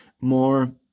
more